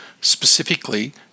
Specifically